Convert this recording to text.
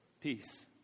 Peace